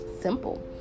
simple